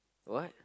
what